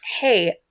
hey